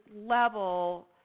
level